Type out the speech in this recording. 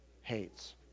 hates